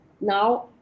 Now